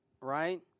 right